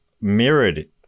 mirrored